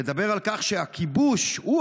לדבר על כך שהכיבוש הוא